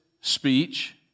speech